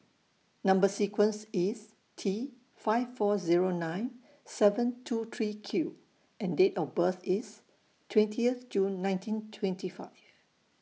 Number sequence IS T five four Zero nine seven two three Q and Date of birth IS twentieth June nineteen twenty five